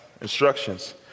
instructions